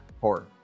Horror